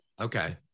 Okay